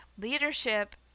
leadership